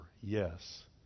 yes